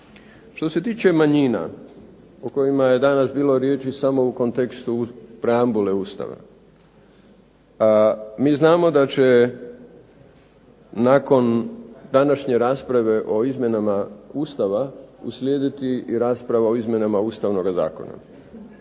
Što se tiče manjina o kojima je danas bilo riječi samo u kontekstu preambule Ustava, mi znamo da će nakon današnje rasprave o izmjenama Ustava uslijediti i rasprava o izmjenama Ustavnoga zakona